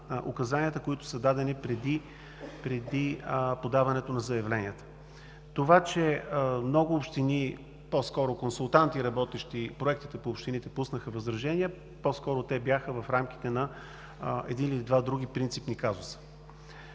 които са дадени преди подаването на заявленията. Това, че много консултанти работиха по проектите и пуснаха възражения, по-скоро те бяха в рамките на един или два други принципни казуса.